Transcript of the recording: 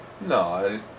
No